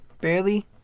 Barely